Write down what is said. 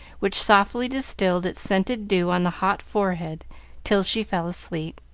which softly distilled its scented dew on the hot forehead till she fell asleep.